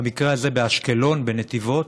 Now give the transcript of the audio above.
במקרה הזה באשקלון, בנתיבות.